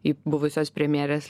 į buvusios premjerės